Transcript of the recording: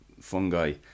fungi